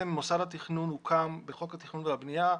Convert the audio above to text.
מוסד התכנון הוקם בחוק התכנון והבנייה,